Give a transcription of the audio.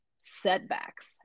Setbacks